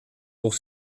pour